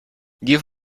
give